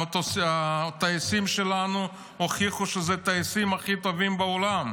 הטייסים שלנו הוכיחו שאלה הטייסים הכי טובים בעולם.